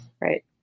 right